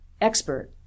expert